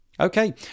Okay